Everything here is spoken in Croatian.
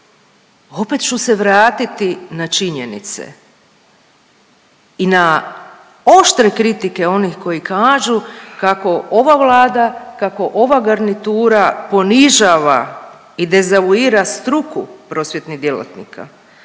Opet ću se vratiti na činjenice i na oštre kritike onih koji kažu kako ova Vlada, kako ova garnitura ponižava i dezavuira struku prosvjetnih djelatnika,